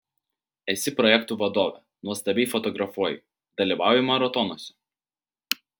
esi projektų vadovė nuostabiai fotografuoji dalyvauji maratonuose